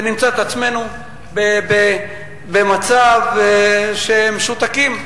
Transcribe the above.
ונמצא את עצמנו במצב שהם משותקים,